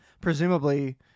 presumably